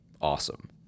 awesome